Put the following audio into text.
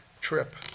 trip